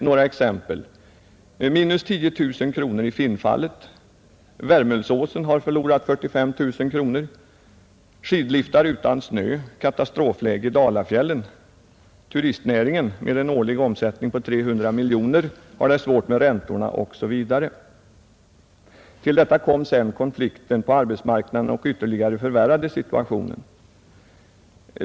Några exempel: Minus 10 000 kronor i Finnfallet, Värmullsåsen har förlorat 45 000 kronor, Skidliftar utan snö — Katastrofläge i Dala-fjällen, Turistnäringen, med en årlig omsättning på 300 miljoner, har det svårt med räntorna, osv. Till detta kom sedan konflikten på arbetsmarknaden som ytterligare förvärrade situationen.